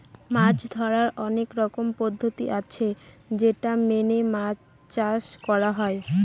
মাছ ধরার অনেক রকমের পদ্ধতি আছে যেটা মেনে মাছ চাষ করা হয়